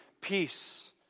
Peace